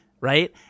Right